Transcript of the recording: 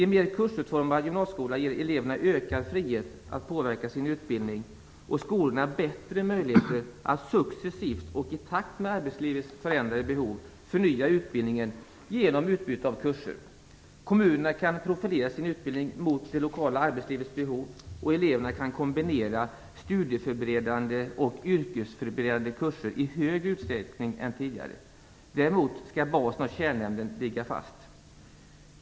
En mer kursutformad gymnasieskola ger eleverna ökad frihet att påverka sin utbildning och skolorna bättre möjligheter att successivt och i takt med arbetslivets förändrade behov förnya utbildningen genom att byta ut kurser. Kommunerna kan profilera sin utbildning mot det lokala arbetslivets behov, och eleverna kan kombinera studieförberedande och yrkesförberedande kurser i högre utsträckning än tidigare. Däremot skall basen av kärnämnen ligga fast.